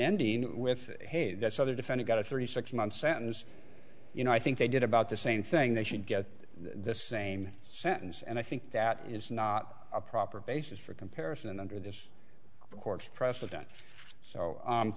ending with hey that's other defender got a thirty six month sentence you know i think they did about the same thing they should get the same sentence and i think that is not a proper basis for comparison under this court's precedents so